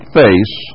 face